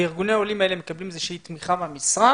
ארגוני העולים האלה מקבלים איזושהי תמיכה מהמשרד?